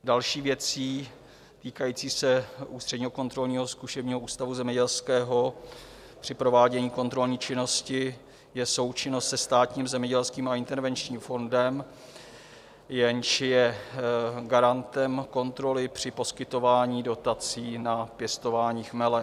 Další věcí týkající se Ústředního kontrolního a zkušebního ústavu zemědělského při provádění kontrolní činnosti je součinnost se Státním zemědělským intervenčním fondem, jenž je garantem kontroly při poskytování dotací na pěstování chmele.